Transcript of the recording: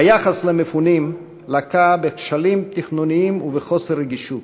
היחס למפונים לקה בכשלים תכנוניים ובחוסר רגישות,